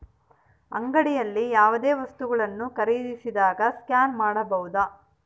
ಅಂಗಡಿಯಲ್ಲಿ ಯಾವುದೇ ವಸ್ತುಗಳನ್ನು ಖರೇದಿಸಿದಾಗ ಸ್ಕ್ಯಾನ್ ಮಾಡಬಹುದಾ?